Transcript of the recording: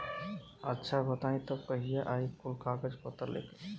अच्छा बताई तब कहिया आई कुल कागज पतर लेके?